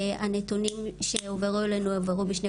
הנתונים שהועברו אלינו הועברו בשני